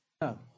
no